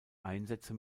einsätze